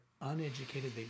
uneducated